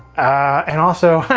and also,